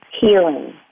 healing